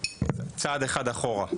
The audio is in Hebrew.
ברשותך צעד אחד אחורה,